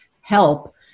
help